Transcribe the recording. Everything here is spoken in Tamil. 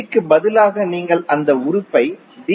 க்கு பதிலாக நீங்கள் அந்த உறுப்பை டி